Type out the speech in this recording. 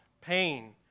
pain